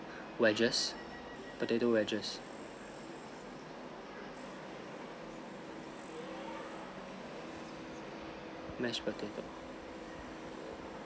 wedges potato wedges mashed potato